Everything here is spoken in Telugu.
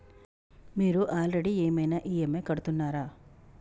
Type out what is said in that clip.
మీరు ఆల్రెడీ ఏమైనా ఈ.ఎమ్.ఐ కడుతున్నారా?